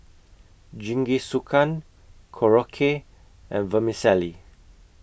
Jingisukan Korokke and Vermicelli